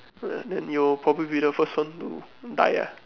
then you'll probably be the first one to die ah